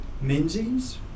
Menzies